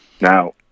Now